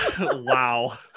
Wow